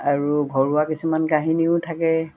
আৰু ঘৰুৱা কিছুমান কাহিনীও থাকে